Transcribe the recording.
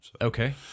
Okay